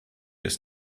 ist